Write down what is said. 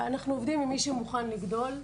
אנחנו עובדים עם מי שמוכן לגדול.